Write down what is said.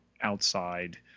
outside